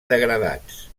degradats